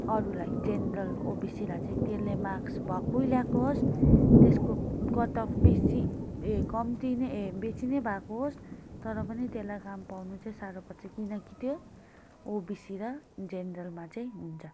अरूलाई जेनरल ओबिसीलाई चाहिँ त्यसले मार्क्स भक्कु ल्याएको होस् त्यसको कटअफ बेसी ए कम्ती नै ए बेसी नै भएको होस् तर पनि त्यसलाई काम पाउनु चाहिँ साह्रो पर्छ किनकि त्यो ओबिसी र जेनरलमा चाहिँ हुन्छ